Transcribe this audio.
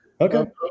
okay